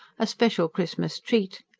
a special christmas treat.